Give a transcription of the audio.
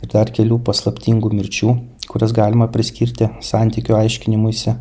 ir dar kelių paslaptingų mirčių kurias galima priskirti santykių aiškinimuisi